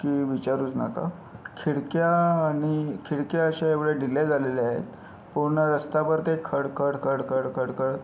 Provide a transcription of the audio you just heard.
की विचारूच नका खिडक्या आणि खिडक्या अशा एवढ्या ढिल्या झालेल्या आहेत पूर्ण रस्ताभर ते खड खड खड खड खड खड